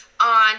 on